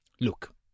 Look